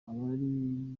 bari